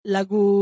Lagu